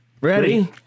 Ready